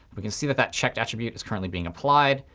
we can see that that checked attribute is currently being applied.